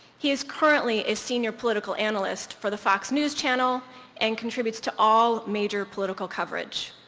he's currently a senior political analyst for the fox news channel and contributes to all major political coverage.